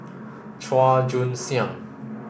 Chua Joon Siang